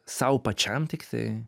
sau pačiam tiktai